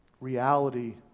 reality